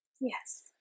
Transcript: Yes